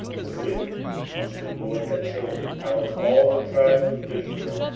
the city which the lord had chosen out of all the tribes of israel,